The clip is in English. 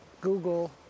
Google